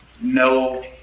no